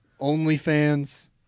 OnlyFans